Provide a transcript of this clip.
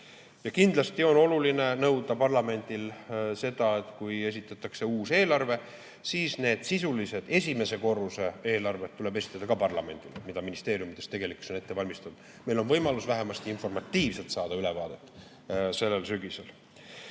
Kindlasti on parlamendil oluline nõuda seda, et kui esitatakse uus eelarve, siis need sisulised esimese korruse eelarved tuleb esitada ka parlamendile, mida ministeeriumides tegelikult on ette valmistatud. Meil on võimalus vähemasti informatiivselt saada ülevaadet sellel sügisel. Teine